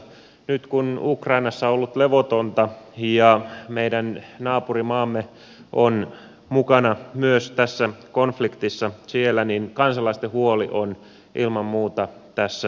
nyt kun ukrainassa on ollut levotonta ja myös meidän naapurimaamme on mukana tässä konf liktissa siellä niin kansalaisten huoli on ilman muuta tässä suurta